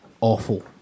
awful